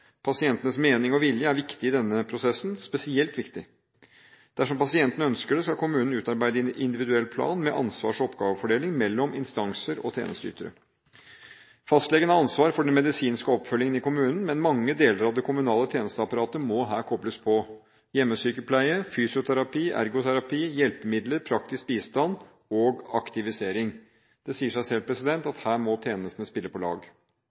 Pasientens mening og vilje er spesielt viktig i denne prosessen. Dersom pasienten ønsker det, skal kommunen utarbeide en individuell plan med ansvars- og oppgavefordeling mellom instanser og tjenesteytere. Fastlegen har ansvar for den medisinske oppfølgingen i kommunen, men mange deler av det kommunale tjenesteapparatet må her kobles på: hjemmesykepleien, fysioterapi, ergoterapi, hjelpemidler, praktisk bistand og aktivisering. Det sier seg selv at her må tjenestene spille på lag.